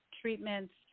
treatments